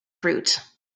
fruit